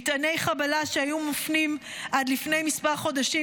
מטעני חבלה שהיו מופנים עד לפני כמה חודשים